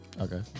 Okay